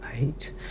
eight